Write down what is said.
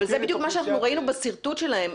אבל זה בדיוק מה שראינו בשרטוט שלהם.